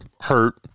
hurt